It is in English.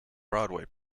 broadway